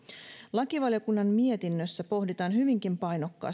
lakivaliokunnan mietinnössä pohditaan hyvinkin painokkaasti